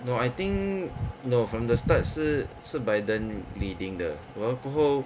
no I think no from the start 是是 biden leading 的然后过后